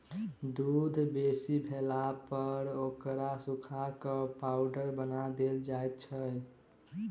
दूध बेसी भेलापर ओकरा सुखा क पाउडर बना देल जाइत छै